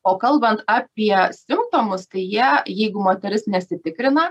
o kalbant apie simptomus kai jie jeigu moteris nesitikrina